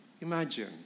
imagine